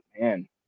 man